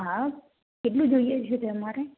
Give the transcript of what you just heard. હાં કેટલું જોઈએ છે તમારે